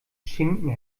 schinken